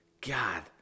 god